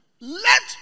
Let